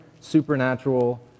supernatural